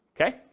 okay